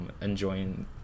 enjoying